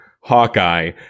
Hawkeye